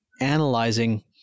analyzing